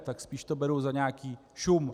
Tak spíš to beru za nějaký šum.